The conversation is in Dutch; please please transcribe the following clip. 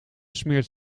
smeert